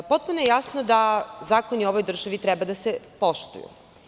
Potpuno je jasno da zakoni u ovoj državi moraju da se poštuju.